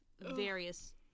various